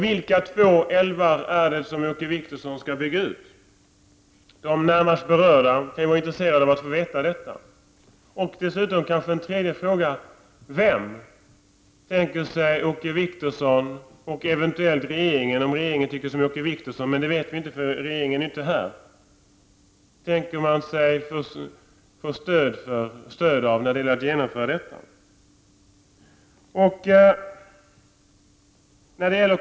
Vilka två älvar är det som Åke Wictorsson vill bygga ut? De närmast berörda kan ju vara intresserade av att få veta det. Låt mig dessutom ställa en tredje fråga: Av vem, tänker sig Åke Wictorsson och eventuellt regeringen, om regeringen tycker som Åke Wictorsson — men det vet vi ju inte, eftersom regeringen inte är här — att få stöd när det gäller att genomföra detta?